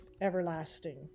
everlasting